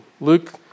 Luke